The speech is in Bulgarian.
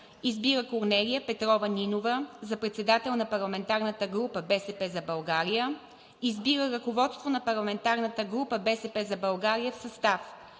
Избира Корнелия Петрова Нинова за председател на парламентарната група „БСП за България“. Избира ръководство на парламентарната група „БСП за България“ в състав: